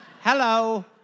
hello